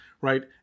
right